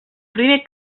primer